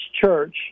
church